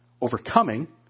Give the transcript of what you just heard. Overcoming